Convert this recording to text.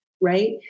right